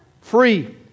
Free